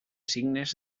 signes